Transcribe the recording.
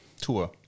Tour